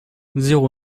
zéro